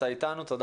תודה